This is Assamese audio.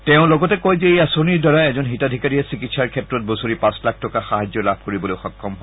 তেওঁ লগতে কয় যে এই আঁচনিৰ দ্বাৰা এজন হিতাধিকাৰীয়ে চিকিৎসাৰ ক্ষেত্ৰত বছৰি পাঁচ লাখ টকা সাহায্য লাভ কৰিবলৈ সক্ষম হৈছে